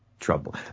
trouble